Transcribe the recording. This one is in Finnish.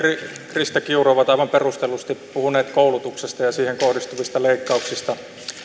krista kiuru on aivan perustellusti puhunut koulutuksesta ja siihen kohdistuvista leikkauksista